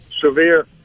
severe